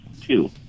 two